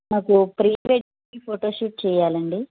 నాకు pre wedding photoshoot చేయాలండి